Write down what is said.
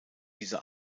diese